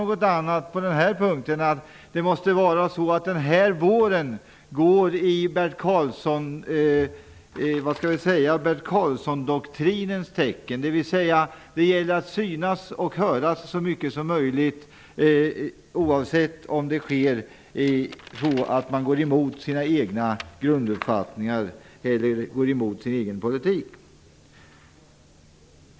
Jag har inte kunnat komma fram till något annat på denna punkt än att våren går i Bert-Karlssondoktrinens tecken. Det gäller att synas och höras så mycket som möjligt även om det sker genom att man går emot sina egna grunduppfattningar och sin egen politik.